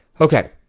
Okay